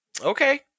Okay